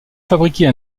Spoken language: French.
fabriquer